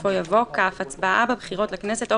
בסופו יבוא: "(כ)הצבעה בבחירות לכנסת או